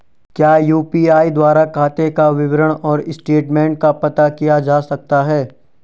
क्या यु.पी.आई द्वारा खाते का विवरण और स्टेटमेंट का पता किया जा सकता है?